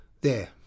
There